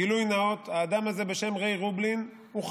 גילוי נאות: האדם הזה בשם ריי רובלין הוא חמי,